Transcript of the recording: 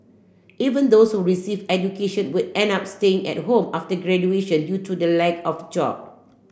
even those who received education would end up staying at home after graduation due to the lack of job